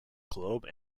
globe